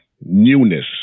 newness